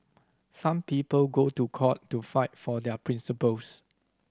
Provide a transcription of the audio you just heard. some people go to court to fight for their principles